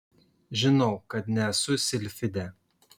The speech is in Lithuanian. žinau kad nesu silfidė